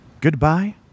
goodbye